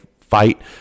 fight